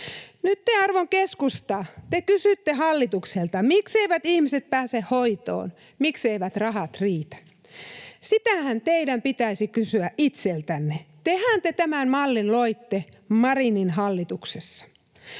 Nyt te, arvon keskusta, kysytte hallitukselta, mikseivät ihmiset pääse hoitoon, mikseivät rahat riitä. Sitähän teidän pitäisi kysyä itseltänne, tehän tämän mallin loitte Marinin hallituksessa.